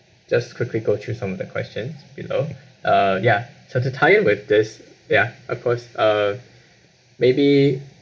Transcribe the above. just quickly go through some of the questions you know uh ya so to tie with this ya of course uh maybe